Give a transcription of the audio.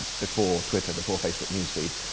before twitter, before facebook newsfeed.